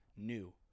new